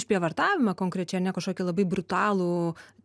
išprievartavimą konkrečiaiar ne kažkokį labai brutalų